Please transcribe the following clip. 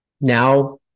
Now